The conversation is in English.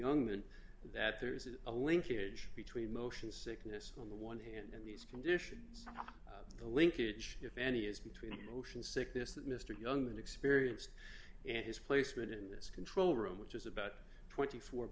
young then that there is a linkage between motion sickness on the one hand and these conditions the linkage if any is between the motion sickness that mr young inexperienced and his placement in this control room which is about twenty four